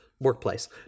Workplace